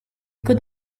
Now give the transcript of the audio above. could